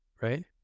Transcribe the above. right